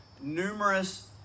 numerous